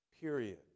period